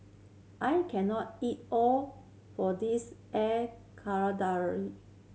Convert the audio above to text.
I can not eat all for this Air Karthira